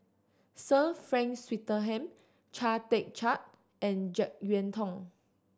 Sir Frank Swettenham Chia Tee Chiak and Jek Yeun Thong